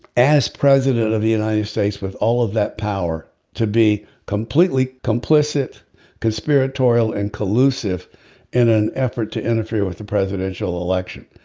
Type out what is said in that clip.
as president of the united states with all of that power to be completely complicit conspiratorial and collusive in an effort to interfere with the presidential election.